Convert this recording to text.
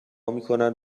میکنن